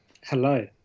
Hello